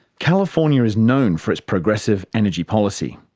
california is known for its progressive energy policy,